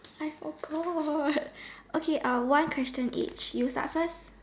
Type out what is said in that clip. I forgot okay uh one question each you start first